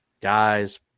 guys